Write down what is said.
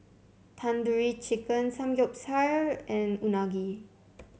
Tandoori Chicken Samgyeopsal and Unagi